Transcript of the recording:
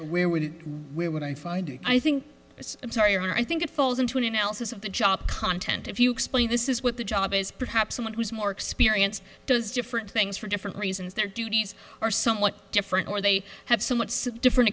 does where when where would i find it i think it's i'm sorry or i think it falls into an analysis of the job content if you explain this is what the job is perhaps someone who's more experience does different things for different reasons their duties are somewhat different or they have so much said different